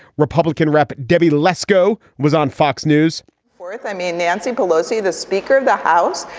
republican rep. debbie lesko was on fox news for it i mean, nancy pelosi, the speaker of the house.